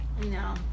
No